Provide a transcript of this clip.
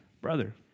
brother